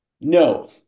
No